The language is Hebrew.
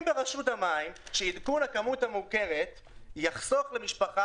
ברשות המים שעדכון הכמות המוכרת יחסוך למשפחה